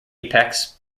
apex